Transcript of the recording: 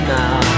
now